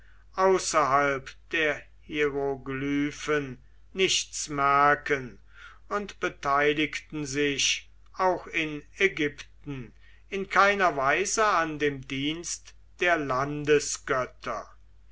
außerhalb der hieroglyphen nichts merken und beteiligten sich auch in ägypten in keiner weise an dem dienst der